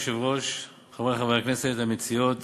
אדוני היושב-ראש, תודה, חברי חברי הכנסת, המציעות